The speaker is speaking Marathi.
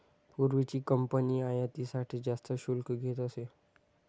पूर्वीची कंपनी आयातीसाठी जास्त शुल्क घेत असे